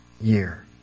year